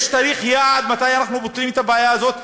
יש תאריך יעד מתי אנחנו פותרים את הבעיה הזאת?